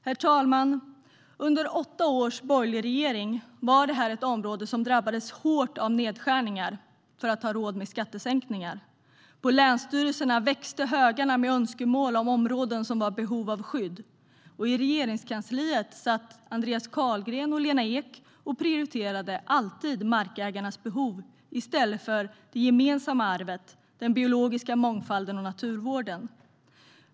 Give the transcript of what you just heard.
Herr talman! Under åtta års borgerlig regering var detta ett område som drabbades hårt av nedskärningar för att man skulle ha råd med skattesänkningar. På länsstyrelserna växte högarna med önskemål om områden som var i behov av skydd, och i regeringskansliet satt Andreas Carlgren och Lena Ek och prioriterade alltid markägarnas behov i stället för det gemensamma arvet, den biologiska mångfalden och naturvården.